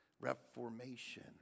Reformation